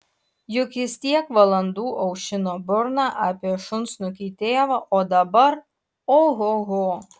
juk jis tiek valandų aušino burną apie šunsnukį tėvą o dabar ohoho